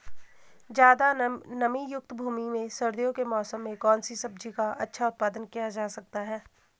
ज़्यादा नमीयुक्त भूमि में सर्दियों के मौसम में कौन सी सब्जी का अच्छा उत्पादन किया जा सकता है?